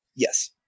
Yes